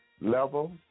level